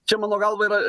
čia mano galva yra